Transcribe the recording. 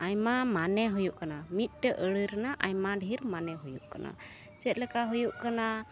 ᱟᱭᱢᱟ ᱢᱟᱱᱮ ᱦᱩᱭᱩᱜ ᱠᱟᱱᱟ ᱢᱤᱫᱴᱮᱡ ᱟᱹᱲᱟᱹ ᱨᱮᱱᱟᱭ ᱟᱭᱢᱟ ᱰᱷᱮᱨ ᱢᱟᱱᱮ ᱦᱩᱭᱩᱜ ᱠᱟᱱᱟ ᱪᱮᱫᱞᱮᱠᱟ ᱦᱩᱭᱩᱜ ᱠᱟᱱᱟ